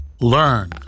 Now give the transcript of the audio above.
Learn